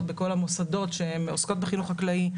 בכל המוסדות שעוסקים בחינוך חקלאי.